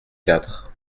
quatre